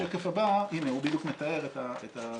השקף הבא, הוא בדיוק מתאר את הפרופורציות.